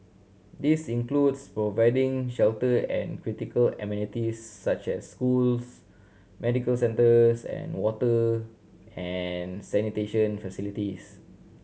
this includes providing shelter and critical amenities such as schools medical centres and water and sanitation facilities